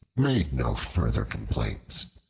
made no further complaints.